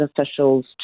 officials